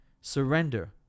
Surrender